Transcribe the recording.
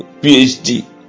PhD